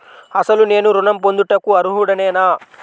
అసలు నేను ఋణం పొందుటకు అర్హుడనేన?